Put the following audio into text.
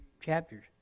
chapters